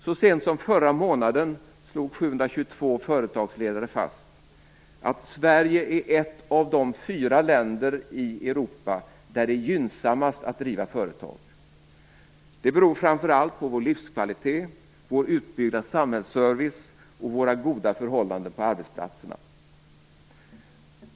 Så sent som förra månaden slog 722 företagsledare fast att Sverige är ett av de fyra länder i Europa där det är gynnsammast att driva företag. Det beror framför allt på vår livskvalitet, på vårt utbud av samhällsservice och våra goda förhållanden på arbetsplatserna.